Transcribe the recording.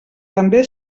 també